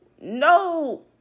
no